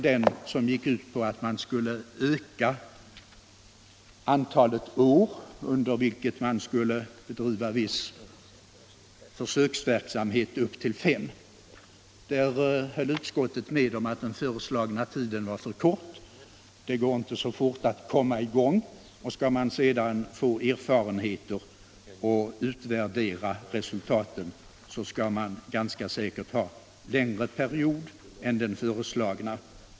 Den gick ut på att man skulle öka antalet år under vilket viss försöksverksamhet skulle bedrivas upp till fem. Där höll utskottet med om att den föreslagna tiden var för kort. Det går inte så fort att komma i gång, och skall man sedan få erfarenheter och utvärdera resultatet, skall man ganska säkert ha längre period än den föreslagna.